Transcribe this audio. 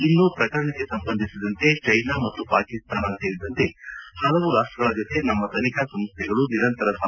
ಇನ್ನು ಪ್ರಕರಣಕ್ಕೆ ಸಂಬಂಧಿಸಿದಂತೆ ಚೀನಾ ಮತ್ತು ಪಾಕಿಸ್ತಾನ ಸೇರಿದಂತೆ ಹಲವು ರಾಷ್ಟಗಳ ಜತೆ ನಮ್ನ ತನಿಖಾ ಸಂಸ್ನೆಗಳು ನಿರಂತರ ಸಂಪರ್ಕದಲ್ಲಿವೆ